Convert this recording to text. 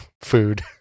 food